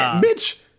Mitch